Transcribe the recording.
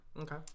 Okay